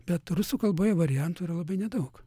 bet rusų kalboje variantų yra labai nedaug